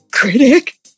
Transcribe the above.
Critic